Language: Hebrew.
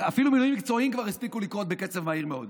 אפילו מינויים מקצועיים כבר הספיקו לקרות בקצב מהיר מאוד.